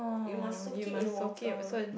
you must soak it in water